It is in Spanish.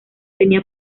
tenía